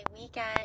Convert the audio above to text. weekend